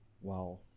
Wow